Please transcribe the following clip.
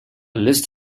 list